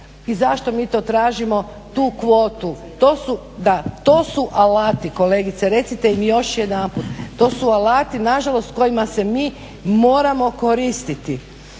i zašto mi to tražimo tu kvotu, to su alati kolegice, recite im još jedanput, to su alati na žalost s kojima se mi moramo koristiti,